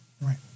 Right